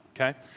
okay